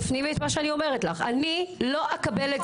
תפנימי את מה שאני אומרת לך: אני לא אקבל את